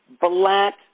black